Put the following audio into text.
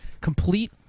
complete